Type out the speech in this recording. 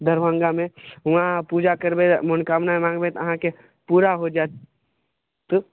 दरभङ्गामे हुऑं पुजा करबै रऽ मोनकामना माँगबै तऽ अहाँकेँ पुरा हो जायत तऽ